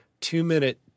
two-minute